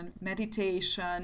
meditation